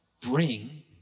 bring